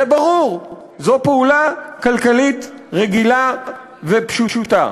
זה ברור, זאת פעולה כלכלית רגילה ופשוטה.